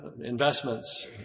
investments